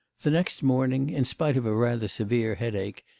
the next morning, in spite of a rather severe headache,